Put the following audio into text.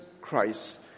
Christ